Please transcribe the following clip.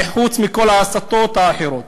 וזה חוץ מכל ההסתות האחרות.